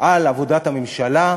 על עבודת הממשלה,